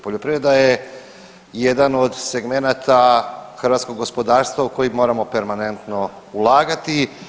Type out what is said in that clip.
Poljoprivreda je jedan od segmenata hrvatskog gospodarstva u koji moramo permanentno ulagati.